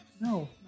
No